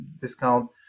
discount